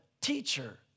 teacher